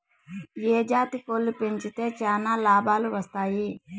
ఏ జాతి కోళ్లు పెంచితే చానా లాభాలు వస్తాయి?